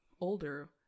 older